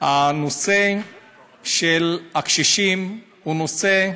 הנושא של הקשישים הוא נושא כאוב,